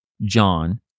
John